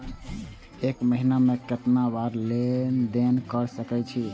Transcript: एक महीना में केतना बार लेन देन कर सके छी?